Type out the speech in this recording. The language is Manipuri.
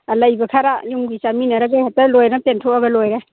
ꯑꯔꯩꯕ ꯈꯔ ꯌꯨꯝꯒꯤ ꯆꯥꯃꯤꯟꯅꯔꯒ ꯍꯦꯛꯇ ꯂꯣꯏꯅ ꯄꯦꯟꯊꯣꯛꯂꯒ ꯂꯣꯏꯔꯦ